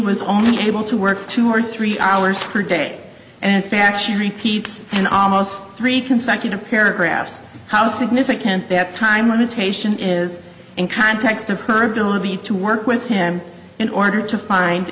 was only able to work two or three hours per day and faction repeats and almost three consecutive paragraphs how significant that time limitation is in context of her ability to work with him in order to find